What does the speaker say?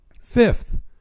fifth